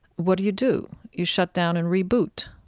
what do you do? you shut down and reboot.